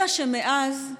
אלא שמאז,